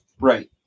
Right